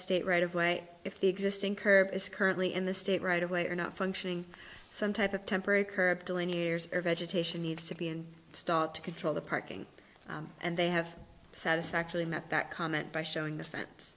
state right of way if the existing curb is currently in the state right away or not functioning some type of temporary curb dylan years or vegetation needs to be and start to control the parking and they have satisfactorily met that comment by showing the fence